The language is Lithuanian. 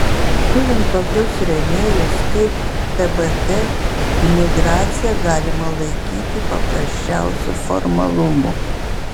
turint tokius rėmėjus kaip tbt imigraciją galima laikyti paprasčiausiu formalumu